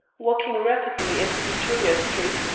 walking rapidly into victoria street,